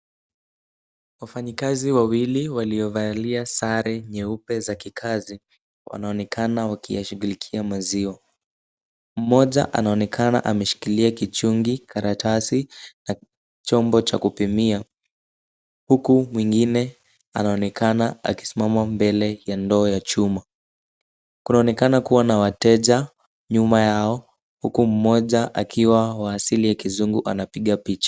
Wafanyikazi wawili waliovalia sare nyeupe za kikazi wanaonekana wakiyashughulikia maziwa. Mmoja anaonekana ameshikilia kichungi, karatasi na chombo cha kupimia huku mwingine anaonekana akisimama mbele ya ndoo ya chuma. Kunaonekana kuwa na wateja nyuma yao huku mmoja akiwa wa asili ya kizungu anapiga picha.